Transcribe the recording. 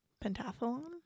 Pentathlon